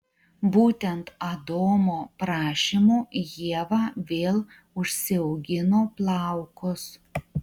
būtent adomo prašymu ieva vėl užsiaugino plaukus